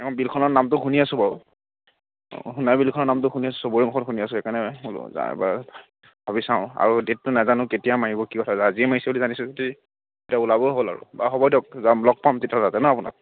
বিলখনৰ নামটো শুনি আছোঁ বাৰু সোণাই বিলখনৰ নামটো শুনি আছোঁ চবৰ মুখত শুনি আছোঁ সেইকাৰণে বোলে যাওঁ এবাৰ ভাবি চাওঁ আৰু ডেটটো নাজানো কেতিয়া মাৰিব কি কথা আজিয়ে মাৰিছে বুলি জানিছোঁ যদি এতিয়া ওলাবৰ হ'ল আৰু বাৰু হ'ব দিয়ক যাম লগ পাম তেতিয়াহ'লে ন আপোনাক